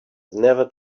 never